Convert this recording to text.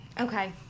okay